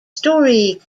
storey